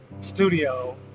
studio